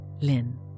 Lynn